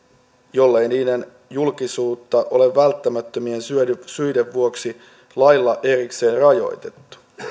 jollei niiden julkisuutta ole välttämättömien syiden syiden vuoksi lailla erikseen rajoitettu